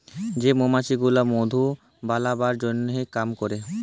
যে মমাছি গুলা মধু বালাবার জনহ কাম ক্যরে